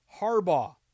Harbaugh